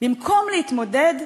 במקום להתמודד,